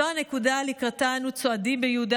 זו הנקודה שלקראתה אנו צועדים ביהודה